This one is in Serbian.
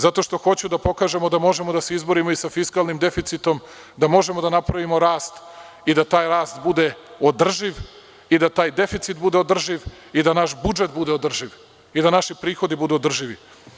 Zato što hoću da pokažemo da možemo da se izborimo i sa fiskalnim deficitom, da možemo da napravimo rast i da taj rast bude održiv i da taj deficit bude održiv i da naš budžet bude održiv i da naši prihodi budu održivi.